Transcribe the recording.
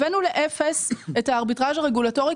הבאנו לאפס את הארביטראז' הרגולטורי